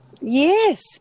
Yes